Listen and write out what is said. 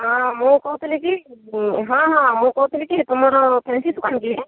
ହଁ ମୁଁ କହୁଥିଲି କି ହଁ ହଁ ମୁଁ କହୁଥିଲି କି ତୁମର ଫ୍ୟାନସି ଦୋକାନ କି